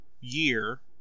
year